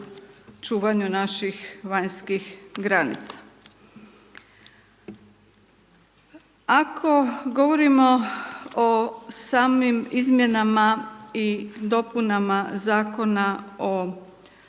čuvanju naših vanjskih granica. Ako govorimo o samim izmjenama i dopunama Zakona o